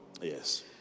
Yes